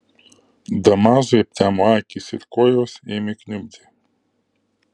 damazui aptemo akys ir kojos ėmė kniubti